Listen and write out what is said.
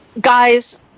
guys